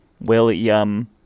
William